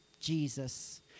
Jesus